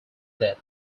that